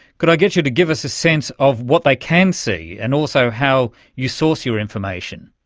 could i get you to give us a sense of what they can see and also how you source your information?